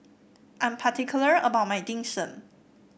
I am particular about my Dim Sum